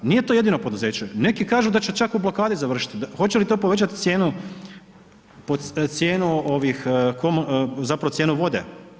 Nije to jedino poduzeće, neki kažu da će čak u blokadi završiti, hoće li to povećati cijenu, zapravo cijenu vode.